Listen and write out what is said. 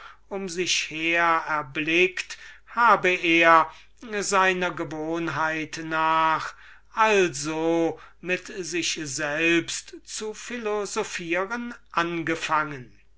um sich her erblickt habe er seiner gewohnheit nach also mit sich selbst zu philosophieren angefangen